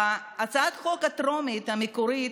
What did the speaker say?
בהצעת החוק הטרומית, המקורית,